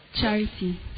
Charity